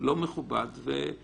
זה לא מכובד וזה